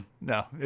No